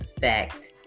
fact